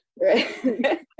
Right